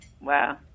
wow